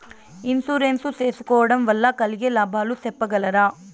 Insurance సేసుకోవడం వల్ల కలిగే లాభాలు సెప్పగలరా?